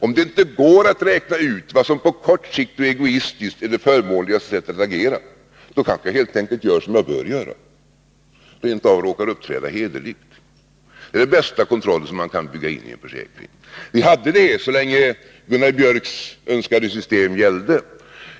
Om det inte går att räkna ut vad som på kort sikt och egoistiskt är det förmånligaste agerandet, kanske jag helt enkelt gör som jag bör göra, rent av råkar uppträda hederligt. Det är den bästa kontroll som man kan bygga in i en försäkring. Vi hade en sådan kontroll så länge Gunnar Biörcks i Värmdö önskade system gällde.